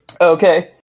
Okay